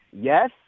Yes